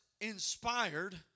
inspired